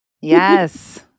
Yes